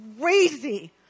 crazy